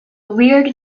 weird